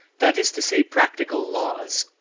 that is to say practical laws.